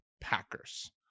Packers